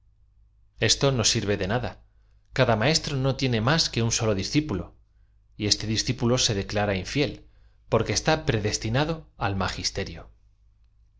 eso no sirve de nada cada maestro no tiene máa que un solo discípulo y este discípulo se declara ín fiel porque está predestinado al m agisterio